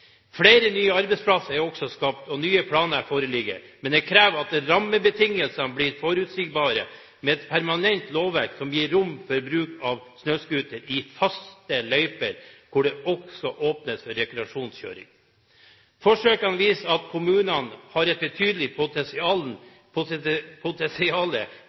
Flere nye arbeidsplasser er også skapt, og nye planer foreligger, men det krever at rammebetingelsene blir forutsigbare, med et permanent lovverk som gir rom for bruk av snøscooter i faste løyper, hvor det også åpnes for rekreasjonskjøring. Forsøkene viser at kommunene har et betydelig potensial